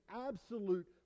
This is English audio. absolute